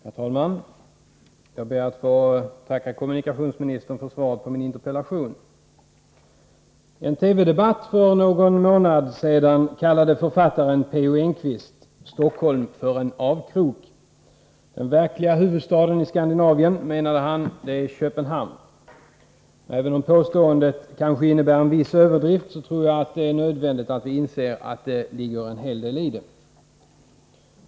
Herr talman! Jag ber att få tacka kommunikationsministern för svaret på min interpellation. I en TV-debatt för någon månad sedan kallade författaren P.O. Enquist Stockholm för en avkrok. Den verkliga huvudstaden i Skandinavien, menade han, är Köpenhamn. Även om påståendet kanske innebär en viss överdrift, tror jag det är nödvändigt att inse att det ligger en hel del i det.